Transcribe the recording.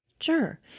Sure